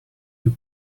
you